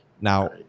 now